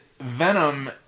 Venom